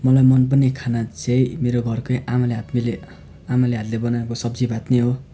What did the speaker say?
मलाई मनपर्ने खाना चाहिँ मेरो घरकै आमाले हातकोले आमाले हातले बनाएको सब्जी भात नै हो